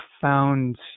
found